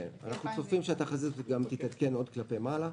אנחנו צופים שהתחזית הזאת תתעדכן עוד כלפי מעלה.